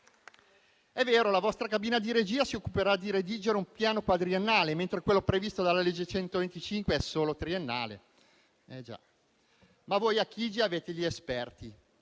È vero, la vostra cabina di regia si occuperà di redigere un piano quadriennale, mentre quello previsto dalla legge n. 125 è solo triennale. Eh già, ma voi a Palazzo Chigi avete gli esperti.